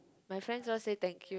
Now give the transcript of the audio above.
my friends all say thank you